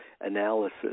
analysis